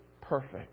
perfect